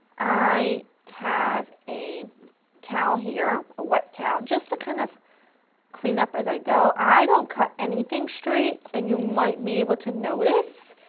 i have a towel here, a wet towel just to kind of clean up as i go i don't cut anything straight, and you might be able to notice.